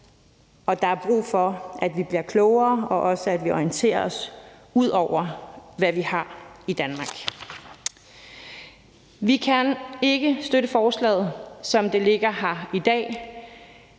der er brug for, at vi bliver klogere, og også, at vi orienterer os ud over det, vi har i Danmark. Vi kan ikke støtte forslaget, som det ligger her i dag,